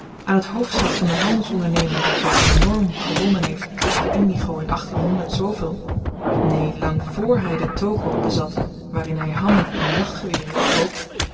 aan het hoofd staat van de handelsonderneming die zoo enorm gewonnen heeft op de indigo in neen lang vr hy de toko bezat waarin hy hammen en jachtgeweren verkoopt wanneer